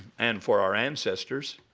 and for our ancestors,